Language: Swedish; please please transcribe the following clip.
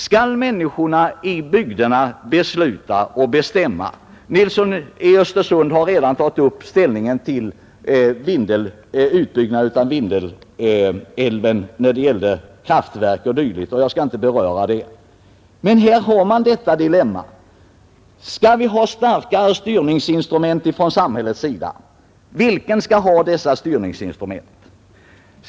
Skall människorna i bygderna besluta och bestämma? Herr Nilsson i Östersund har redan tagit upp inställningen till en utbyggnad av Vindelälven när det gäller kraftverk och dylikt. Jag skall inte beröra det. Men här har man detta dilemma: Skall vi ha starkare styrningsinstrument från samhällets sida? Vem skall ha dessa styrningsinstrument?